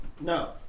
No